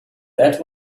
that